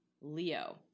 Leo